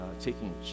taking